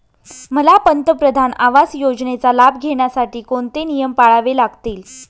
मला पंतप्रधान आवास योजनेचा लाभ घेण्यासाठी कोणते नियम पाळावे लागतील?